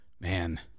Man